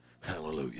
Hallelujah